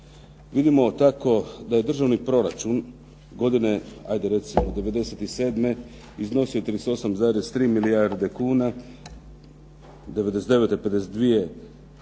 Vidimo tako da je državni proračun, godine 'ajde recimo '97. iznosio 38,3 milijarde kuna, '99. 52,3 milijarde